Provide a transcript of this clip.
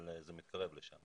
אבל זה מתקרב לשם.